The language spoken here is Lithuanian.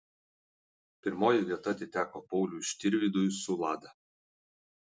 pirmoji vieta atiteko pauliui štirvydui su lada